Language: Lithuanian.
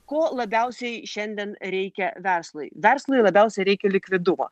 ko labiausiai šiandien reikia verslui verslui labiausiai reikia likvidumo